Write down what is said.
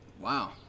Wow